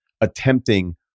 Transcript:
attempting